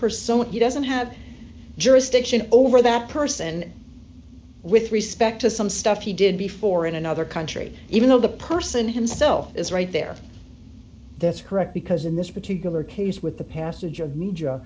persona he doesn't have jurisdiction over that person with respect to some stuff he did before in another country even though the person himself is right there that's correct because in this particular case with the pass